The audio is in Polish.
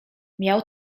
miał